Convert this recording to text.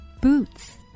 boots